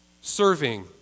Serving